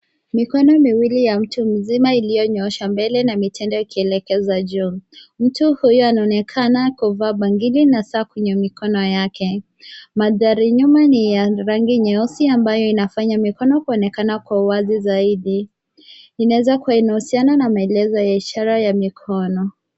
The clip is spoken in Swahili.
Mikono miwili ya mtu mzima iliyonyooshwa mbele na mitende ikielekeza juu. Mtu huyu anaonekana kuvaa bangili na saa kwenye mikono yake. Mandhari nyuma ni ya rangi nyeusi ambayo Inafanya mikono kuonekana kwa wazi zaidi. Inaweza kuwa inahusiana na maelezo ya ishara ya mikono.